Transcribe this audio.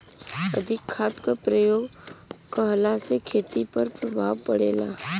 अधिक खाद क प्रयोग कहला से खेती पर का प्रभाव पड़ेला?